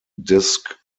disc